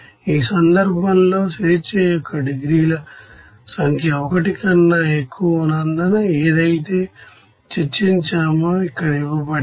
ఈ సందర్భంలో స్వేచ్ఛ యొక్క డిగ్రీల సంఖ్య 1 కన్నా ఎక్కువగా ఉన్నందునఏదయితే చర్చించామో ఇక్కడ ఇవ్వబడినది